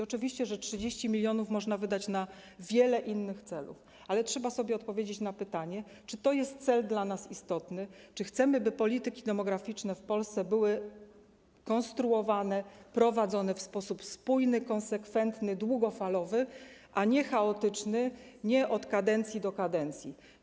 Oczywiście, że 30 mln zł można wydać na wiele innych celów, ale trzeba odpowiedzieć sobie na pytanie, czy to jest cel dla nas istotny, czy chcemy, by polityki demograficzne w Polsce były prowadzone w spójny sposób, konsekwentnie, długofalowo, a nie chaotycznie, nie od kadencji do kadencji.